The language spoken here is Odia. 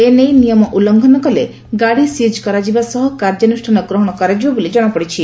ଏ ନେଇ ନିୟମ ଉଲ୍ଲଂଘନ କଲେ ଗାଡି ସିଜ୍ କରାଯିବା ସହ କାର୍ଯ୍ୟାନୁଷ୍ଠାନ ଗ୍ରହଶ କରାଯିବ ବୋଲି ଜଣାପଡିଛି